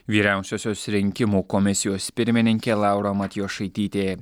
vyriausiosios rinkimų komisijos pirmininkė laura matjošaitytė